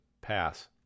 pass